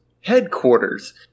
headquarters